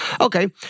Okay